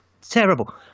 Terrible